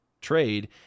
trade